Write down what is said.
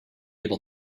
able